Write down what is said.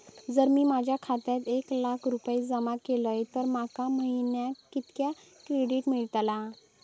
जर मी माझ्या खात्यात एक लाख रुपये जमा केलय तर माका महिन्याक कितक्या क्रेडिट मेलतला?